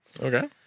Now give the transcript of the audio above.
Okay